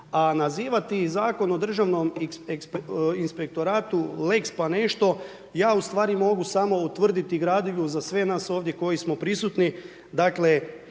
A nazivati Zakon o državnom inspektoratu lex pa nešto, ja ustvari mogu samo utvrditi gradivo, za sve nas ovdje koji smo prisutni,